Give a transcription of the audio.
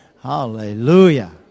Hallelujah